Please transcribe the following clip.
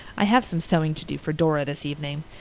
i have some sewing to do for dora this evening.